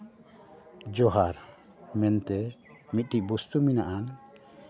ᱡᱚᱦᱟᱨ ᱢᱮᱱᱛᱮ ᱢᱤᱫᱴᱮᱱ ᱵᱚᱥᱛᱩ ᱢᱮᱱᱟᱜ ᱟᱱ